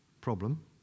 problem